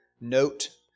note